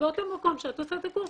באותו מקום שאת עושה את הקורס,